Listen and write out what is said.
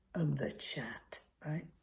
the chat, right.